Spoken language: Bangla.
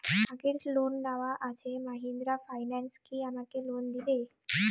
আগের লোন নেওয়া আছে মাহিন্দ্রা ফাইন্যান্স কি আমাকে লোন দেবে?